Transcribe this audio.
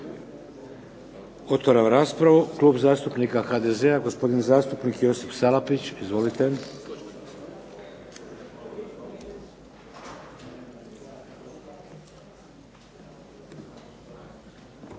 Otvaram raspravu. Klub zastupnika HDZ-a, gospodin zastupnik Josip Salapić. Izvolite.